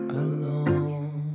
alone